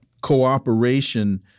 cooperation